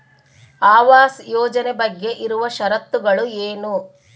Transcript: ಆವಾಸ್ ಯೋಜನೆ ಬಗ್ಗೆ ಇರುವ ಶರತ್ತುಗಳು ಏನು?